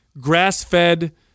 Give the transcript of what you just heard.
grass-fed